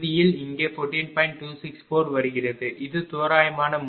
264 வருகிறது இது தோராயமான முறை